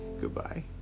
Goodbye